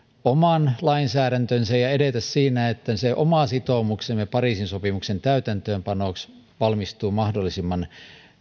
oman lainsäädäntönsä ja edetä siinä että se oma sitoumuksemme pariisin sopimuksen täytäntöönpanoksi valmistuu mahdollisimman